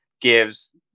gives